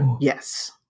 Yes